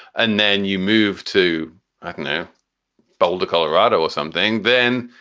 and then you move to you know boulder, colorado or something, then.